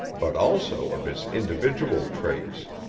but also of his individual traits.